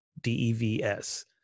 D-E-V-S